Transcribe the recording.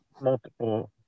multiple